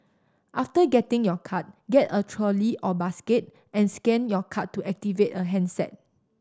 after getting your card get a trolley or basket and scan your card to activate a handset